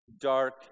dark